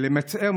2. למצער,